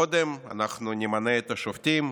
קודם אנחנו נמנה את השופטים,